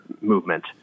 movement